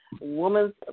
woman's